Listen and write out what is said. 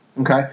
Okay